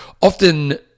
often